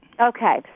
Okay